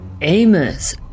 Amos